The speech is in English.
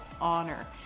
honor